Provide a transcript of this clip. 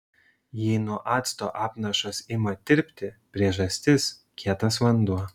jei nuo acto apnašos ima tirpti priežastis kietas vanduo